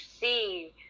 see